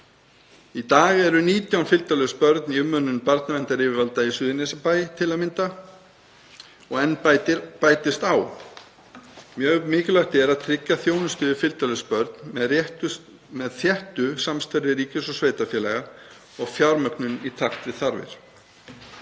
Í dag eru 19 fylgdarlaus börn í umönnun barnaverndaryfirvalda í Suðurnesjabæ til að mynda og enn bætist við. Mjög mikilvægt er að tryggja þjónustu við fylgdarlaus börn með þéttu samstarfi ríkis og sveitarfélaga og fjármögnun í takt við þarfir.